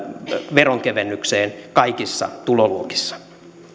veronkevennykseen kaikissa tuloluokissa